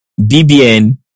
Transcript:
BBN